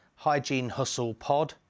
HygieneHustlePod